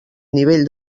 nivell